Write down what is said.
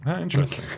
Interesting